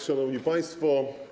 Szanowni Państwo!